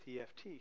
EFT